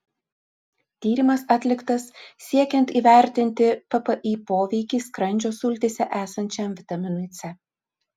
tyrimas atliktas siekiant įvertinti ppi poveikį skrandžio sultyse esančiam vitaminui c